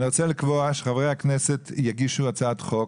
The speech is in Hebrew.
רוצה לקבוע שחברי הכנסת יגישו הצעת חוק